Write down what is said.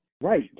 Right